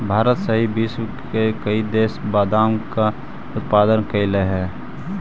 भारत सहित विश्व के कई देश बादाम का उत्पादन करअ हई